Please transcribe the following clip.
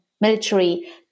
military